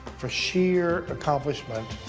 for sheer accomplishment,